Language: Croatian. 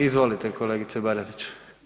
Izvolite kolegice Baradić.